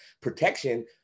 protection